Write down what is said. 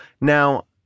now